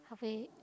halfway